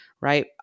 right